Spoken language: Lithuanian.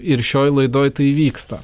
ir šioj laidoj tai įvyksta